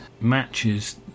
matches